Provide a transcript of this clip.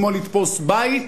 כמו לתפוס בית,